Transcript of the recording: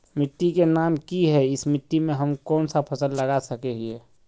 मिट्टी के नाम की है इस मिट्टी में हम कोन सा फसल लगा सके हिय?